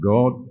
God